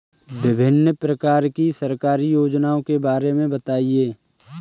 विभिन्न प्रकार की सरकारी योजनाओं के बारे में बताइए?